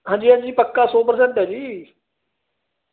ਹਾਂਜੀ ਹਾਂਜੀ ਪੱਕਾ ਸੌ ਪਰਸੈਂਟ ਹੈ ਜੀ